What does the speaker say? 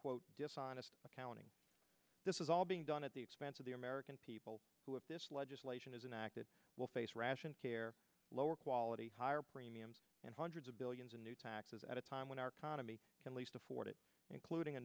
quote dishonest accounting this is all being done at the expense of the american people who have this legislation is an act that will face ration care lower quality higher premiums and hundreds of billions in new taxes at a time when our kind of me can least afford it including a